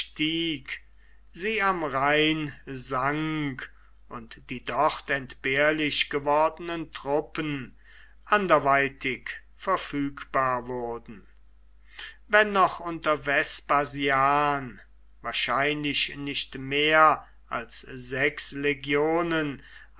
sie am rhein sank und die dort entbehrlich gewordenen truppen anderweitig verfügbar wurden wenn noch unter vespasian wahrscheinlich nicht mehr als sechs legionen